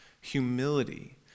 humility